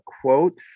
quotes